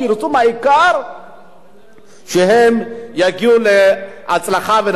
והעיקר שהם יגיעו להצלחה ולנחלה,